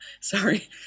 Sorry